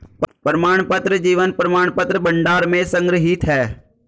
प्रमाणपत्र जीवन प्रमाणपत्र भंडार में संग्रहीत हैं